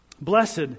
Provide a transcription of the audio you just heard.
Blessed